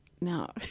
no